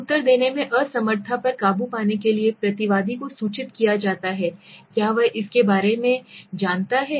उत्तर देने में असमर्थता पर काबू पाने के लिए प्रतिवादी को सूचित किया जाता है क्या वह इसके बारे में जानता है